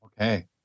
Okay